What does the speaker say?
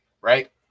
right